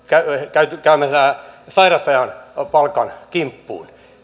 käymällä sairausajan palkan kimppuun